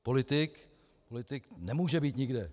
Politik nemůže být nikde.